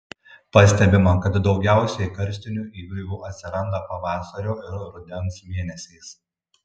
pastebima kad daugiausiai karstinių įgriuvų atsiranda pavasario ir rudens mėnesiais